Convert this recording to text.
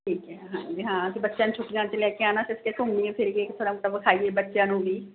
ਠੀਕ ਹੈ ਹਾਂਜੀ ਹਾਂ ਅਸੀਂ ਬੱਚਿਆਂ ਨੂੰ ਛੁੱਟੀਆਂ 'ਚ ਲੈ ਕੇ ਆਉਣਾ ਅਸੀਂ ਕਿਹਾ ਘੁੰਮੀਏ ਫਿਰੀਏ ਕਿ ਥੋੜ੍ਹਾ ਬਹੁਤਾ ਵਿਖਾਈਏ ਬੱਚਿਆਂ ਨੂੰ ਵੀ